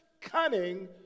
cunning